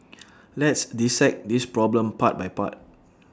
let's dissect this problem part by part